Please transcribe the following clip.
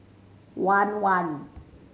one one